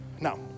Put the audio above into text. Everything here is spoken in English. Now